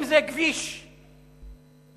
אם זה כביש מקורטע,